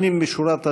לפנים משורת הדין,